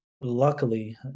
Luckily